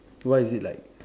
why is it like